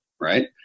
right